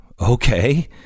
Okay